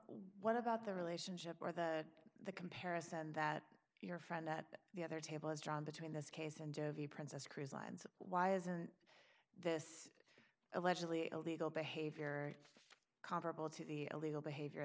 what about the relationship the comparison that your friend at the other table has drawn between this case and the princess cruise lines why isn't this allegedly illegal behavior comparable to the illegal behavior